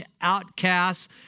outcasts